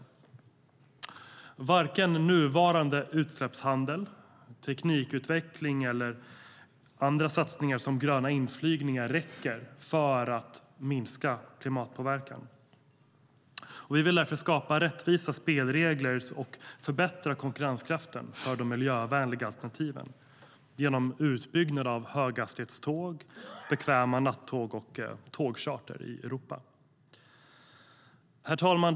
Herr talman!